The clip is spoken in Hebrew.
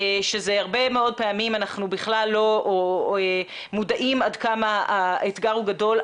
שהרבה מאוד פעמים אנחנו בכלל לא מודעים עד כמה האתגר הוא גדול.